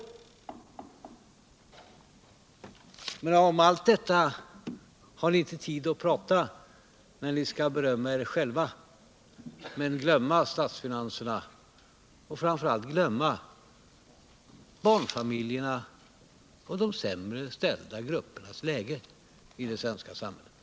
Om allt detta har ni inte tid att prata när ni skall berömma er själva, men ni kan glömma statsfinanserna och framför allt glömma barnfamiljernas och de sämre ställda gruppernas läge i det svenska samhället.